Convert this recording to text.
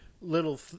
little